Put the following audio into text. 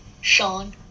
Sean